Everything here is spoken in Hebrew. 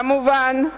כמובן,